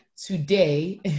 today